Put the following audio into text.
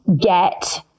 get